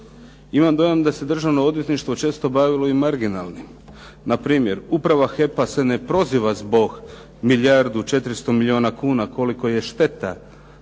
Imam dojam da se Državno odvjetništvo često bavilo i marginalnim. Npr. uprava HEP-a se ne proziva zbog milijardu 400 milijuna kuna koliko je šteta toj